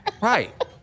Right